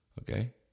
Okay